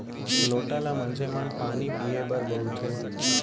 लोटा ल मनसे मन पानी पीए बर बउरथे